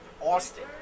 Austin